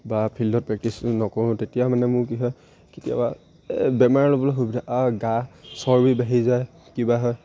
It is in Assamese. বা ফিল্ডত প্ৰেক্টিছ নকৰোঁ তেতিয়া মানে মোৰ কি হয় কেতিয়াবা এই বেমাৰ ল'বলৈ সুবিধা গা চৰ্বি বাঢ়ি যায় কিবা হয়